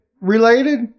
related